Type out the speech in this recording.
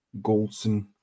Goldson